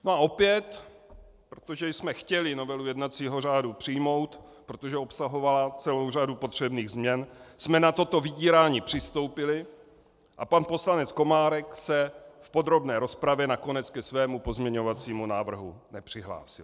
No a opět, protože jsme chtěli novelu jednacího řádu přijmout, protože obsahovala celou řadu potřebných změn, jsme na toto vydírání přistoupili a pan poslanec Komárek se v podrobné rozpravě nakonec ke svému pozměňovacímu návrhu nepřihlásil.